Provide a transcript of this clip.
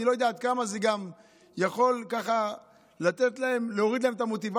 אני לא יודע עד כמה זה גם יכול ככה להוריד להם את המוטיבציה,